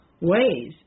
ways